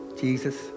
Jesus